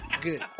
Good